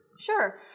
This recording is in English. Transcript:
Sure